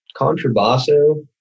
Contrabasso